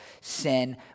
sin